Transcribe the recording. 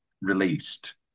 released